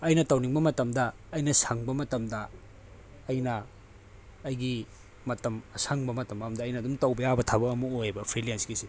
ꯑꯩꯅ ꯇꯧꯅꯤꯡꯕ ꯃꯇꯝꯗ ꯑꯩꯅ ꯁꯪꯕ ꯃꯇꯝꯗ ꯑꯩꯅ ꯑꯩꯒꯤ ꯃꯇꯝ ꯑꯁꯪꯕ ꯃꯇꯝ ꯑꯝꯗ ꯑꯩꯅ ꯑꯗꯨꯝ ꯇꯧꯕ ꯌꯥꯕ ꯊꯕꯛ ꯑꯃ ꯑꯣꯏꯌꯦꯕ ꯐ꯭ꯔꯤꯂꯦꯟꯁꯀꯤꯁꯦ